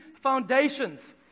foundations